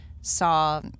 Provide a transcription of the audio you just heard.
saw